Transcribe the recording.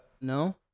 No